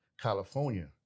California